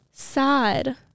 Sad